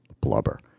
blubber